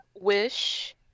wish